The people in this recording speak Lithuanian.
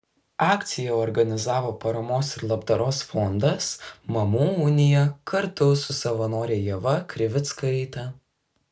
akciją organizavo paramos ir labdaros fondas mamų unija kartu su savanore ieva krivickaite